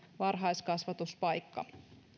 varhaiskasvatuspaikka